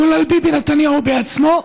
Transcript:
כולל ביבי נתניהו בעצמו,